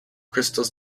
crystals